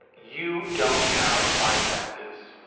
you don't have five senses,